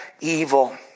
evil